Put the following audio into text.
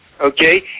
okay